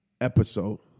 episode